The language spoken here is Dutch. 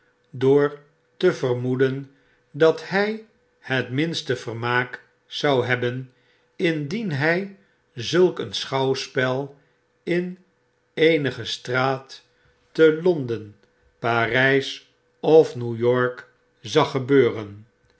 door te vermoeden dat hi het minste vermaak zou hebben indien hy zulk een schouwspel in eenige straat te londen parjjs of new york zag gebeuren